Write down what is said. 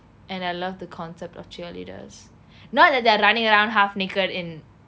and I love the concept of cheerleaders not that their running around half naked in